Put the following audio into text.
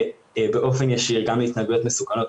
באופן ישיר גם להתנהגויות מסוכנות,